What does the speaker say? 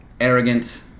arrogant